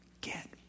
get